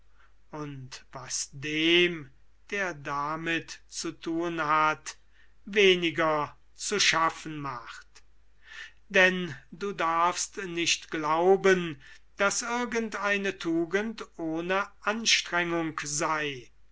und was dem der damit zu thun hat weniger zu schaffen macht denn du darfst nicht glauben daß irgend eine tugend ohne anstrengung sei